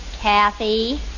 Kathy